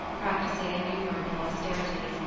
practising innumerable austeri ties,